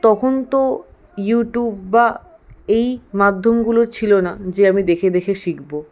তখন তো ইউটিউব বা এই মাধ্যমগুলো ছিল না যে আমি দেখে দেখে শিখবো